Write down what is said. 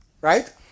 Right